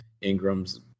Ingram's